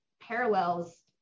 parallels